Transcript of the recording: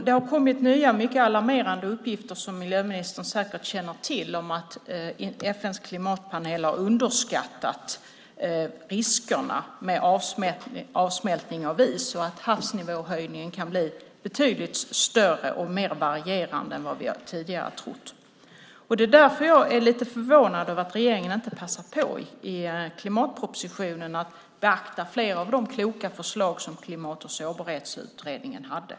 Det har kommit nya mycket alarmerande uppgifter som miljöministern säkert känner till om att FN:s klimatpanel har underskattat riskerna med avsmältning av is och att havsnivåhöjningen kan bli betydligt större och mer varierad än vad vi tidigare har trott. Därför är jag lite förvånad över att regeringen inte i klimatpropositionen passar på att beakta fler av de kloka förslag som Klimat och sårbarhetsutredningen hade.